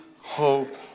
hope